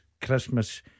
Christmas